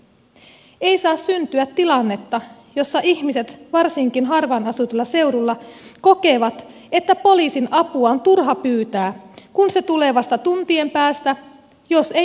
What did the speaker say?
ei saa syntyä tilannetta jossa ihmiset varsinkin harvaan asutuilla seuduilla kokevat että poliisin apua on turha pyytää kun se tulee vasta tuntien päästä jos ollenkaan